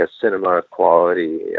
cinema-quality